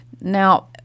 Now